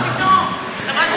מה פתאום?